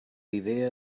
idea